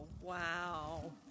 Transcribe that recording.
wow